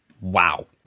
wow